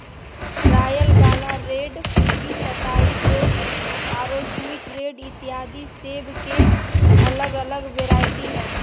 royal gala, red Fuji, सताई gold आरो sweet red इत्यादि सेब के अलग अलग वैरायटी हय